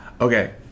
Okay